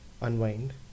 unwind